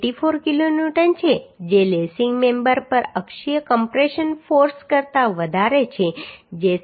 84 kilonewton છે જે lacing member પર અક્ષીય કમ્પ્રેશન ફોર્સ કરતા વધારે છે જે 17